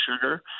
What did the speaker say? sugar